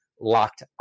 locked